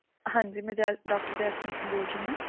ਹਾਂਜੀ ਮੈਂ ਜੈ ਡੋਕਟਰ ਜੈਸਮੀਨ ਬੋਲ ਰਹੀ ਹਾਂ